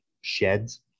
sheds